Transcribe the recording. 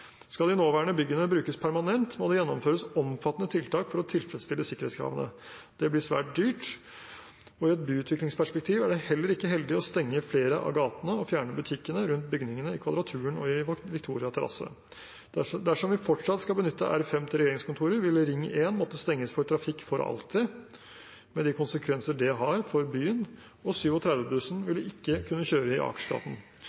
Skal de nåværende byggene brukes permanent, må det gjennomføres omfattende tiltak for å tilfredsstille sikkerhetskravene. Det blir svært dyrt, og i et byutviklingsperspektiv er det heller ikke heldig å stenge flere av gatene og fjerne butikkene rundt bygningene i Kvadraturen og i Victoria terrasse. Dersom vi fortsatt skal benytte R5 til regjeringskontorer, vil Ring 1 måtte stenges for trafikk for alltid, med de konsekvenser det har for byen, og